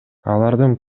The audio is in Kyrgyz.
алардын